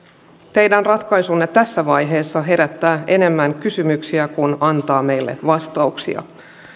teidän ratkaisunne tässä vaiheessa herättävät enemmän kysymyksiä kuin antavat meille vastauksia